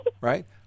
right